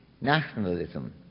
nationalism